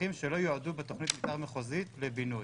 שטחים שלא יועדו בתוכנית המתאר המחוזית לבינוי.